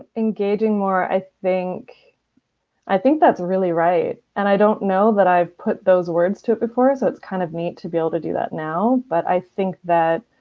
engaging more, i think i think that's really right, and i don't know that i've put those words to it before, so it's kind of need to be able to do that now, but i think that